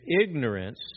ignorance